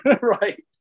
right